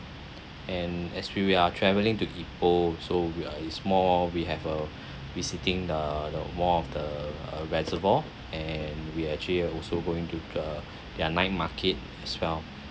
and as we are travelling to ipoh so we uh is more we have a visiting the the more of the reservoir and we actually are also going to the their night market as well